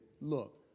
look